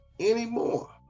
anymore